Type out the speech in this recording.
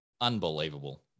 unbelievable